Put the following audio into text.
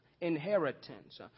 Inheritance